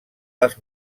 les